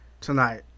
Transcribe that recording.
tonight